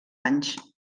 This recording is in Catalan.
anys